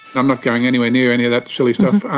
i'm not going anywhere near any of that silly stuff.